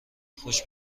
خوش